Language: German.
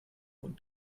und